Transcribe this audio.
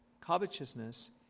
covetousness